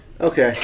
Okay